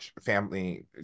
family